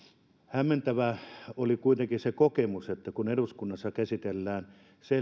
hämmentävä oli kuitenkin se kokemus että kun eduskunnassa käsitellään